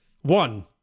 One